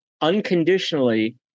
unconditionally